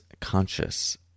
conscious